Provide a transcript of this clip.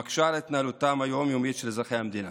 המקשה על התנהלותם היום-יומית של אזרחי המדינה.